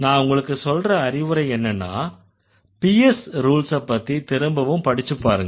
நான் உங்களுக்கு சொல்ற அறிவுரை என்னன்னா PS ரூல்ஸப்பத்தி திரும்பவும் படிச்சுப்பாருங்க